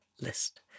list